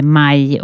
maj